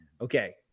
okay